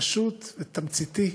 פשוט ותמציתי: